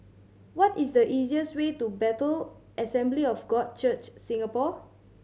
what is the easiest way to Bethel Assembly of God Church Singapore